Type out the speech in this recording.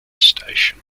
station